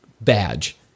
badge